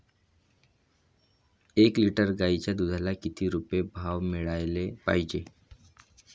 एक लिटर गाईच्या दुधाला किती रुपये भाव मिळायले पाहिजे?